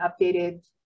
updated